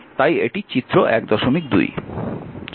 তাই এটি চিত্র 1 2